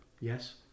Yes